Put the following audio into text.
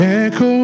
echo